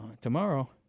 tomorrow